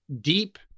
deep